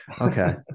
Okay